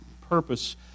purpose